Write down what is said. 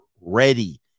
ready